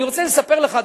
אני רוצה לספר לך,